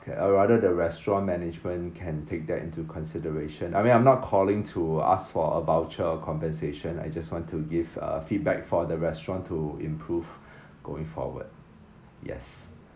or rather the restaurant management can take that into consideration I mean I'm not calling to ask for a voucher compensation I just want to give uh feedback for the restaurant to improve going forward yes